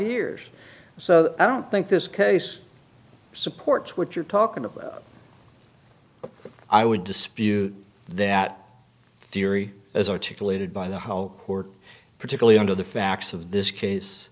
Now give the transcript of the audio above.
years so i don't think this case supports what you're talking about i would dispute that theory as articulated by the how court particularly under the facts of this case